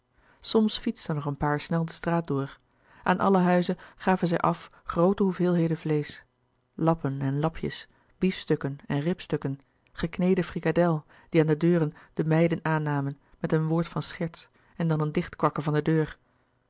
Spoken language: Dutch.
soms fietsten er een paar snel de straat door aan alle huizen gaven zij af groote hoeveelheden vleesch lappen en lapjes biefstukken en ribstukken gekneden frikadel die aan de deuren de meiden aannamen met een woord van scherts en dan een dichtkwakken van de deur